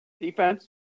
Defense